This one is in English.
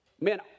man